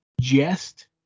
jest